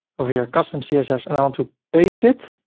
over here, custom css, and i want to paste it.